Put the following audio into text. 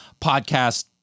podcast